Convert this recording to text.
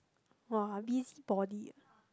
[wah] busybody ah